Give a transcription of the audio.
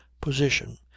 position